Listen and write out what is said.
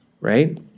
Right